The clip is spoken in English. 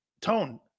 Tone